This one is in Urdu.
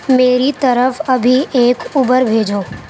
میری طرف ابھی ایک اوبر بھیجو